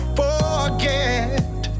forget